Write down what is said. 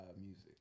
music